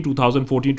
2014